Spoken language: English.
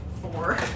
Four